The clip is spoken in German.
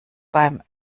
beim